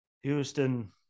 Houston